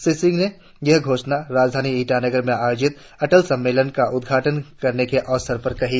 श्री सिंह ने यह घोषणा राजधानी ईटानगर में आयोजित अटल सम्मेलन का उद्घाटन करने के अवसर पर कही